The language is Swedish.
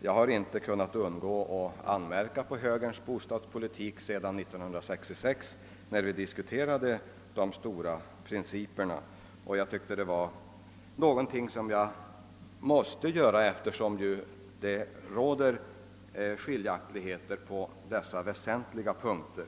mot de moderata. När vi diskuterat de stora principerna har jag inte kunnat underlåta att peka på den bostadspolitik som moderata samlingspartiet fört. Jag tycker att detta är någonting som jag måste göra, eftersom det föreligger skiljaktigheter i uppfattningen på vissa väsentliga punkter.